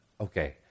Okay